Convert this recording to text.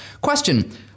Question